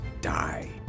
die